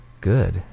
good